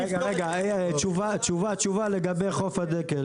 תשובה לגבי חוק הדקל.